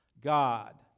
God